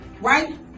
Right